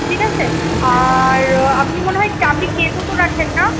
ঠিক আছে আর আপনি মনে হয় আপনি কেকও তো রাখেন না